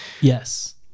yes